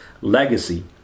legacy